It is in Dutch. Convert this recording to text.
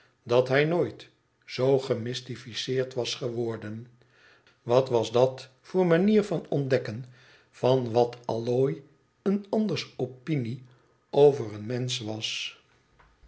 dat hij nooit zoo gemystificeerd was geworden wat was dt voor manier om te ontdekken van wat allooi een anders opinie over een mensch was